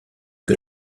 que